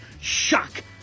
Shock